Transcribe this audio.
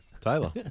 Taylor